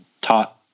taught